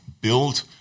Build